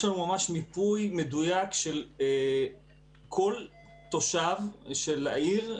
יש לנו ממש מיפוי מדויק של כל תושב של העיר,